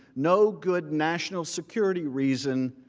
no good national security reason,